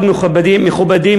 מאוד מכובדים,